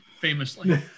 famously